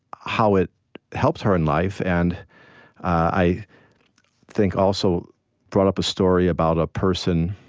how it helped her in life and i think also brought up a story about a person